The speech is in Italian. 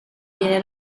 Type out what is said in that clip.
viene